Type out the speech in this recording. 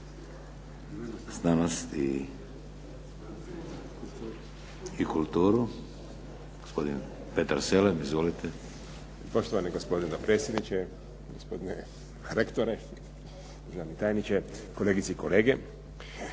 znanost i kulturu gospodin Petar Selem. Izvolite. **Selem, Petar (HDZ)** Poštovani gospodine dopredsjedniče, gospodine rektore, državni tajniče, kolegice i kolege.